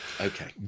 Okay